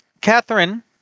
Catherine